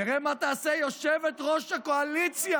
נראה מה תעשה יושבת-ראש הקואליציה.